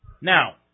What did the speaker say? Now